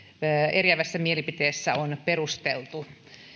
eriävässä mielipiteessä on perusteltu